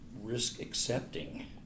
risk-accepting